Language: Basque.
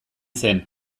zen